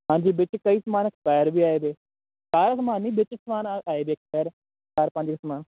ਹਾਂਜੀ ਵਿੱਚ ਕਈ ਸਮਾਨ ਐਕਸਪਾਇਰ ਵੀ ਆਏ ਵੇ ਸਾਰਾ ਸਮਾਨ ਨਹੀਂ ਵਿੱਚ ਸਮਾਨ ਆਏ ਵੇ ਚਾਰ ਪੰਜ ਸਮਾਨ